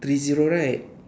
three zero right